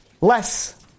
less